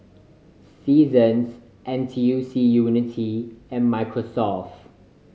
Seasons N T U C Unity and Microsoft